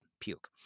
puke